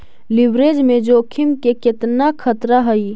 Leverage में जोखिम के केतना खतरा हइ?